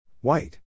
White